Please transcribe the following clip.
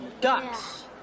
ducks